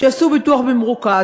שיעשו ביטוח במרוכז,